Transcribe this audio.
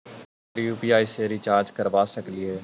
का यु.पी.आई से हम रिचार्ज करवा सकली हे?